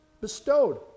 bestowed